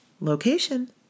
Location